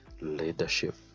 leadership